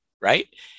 Right